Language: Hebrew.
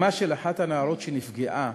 אימה של אחת הנערות שנפגעו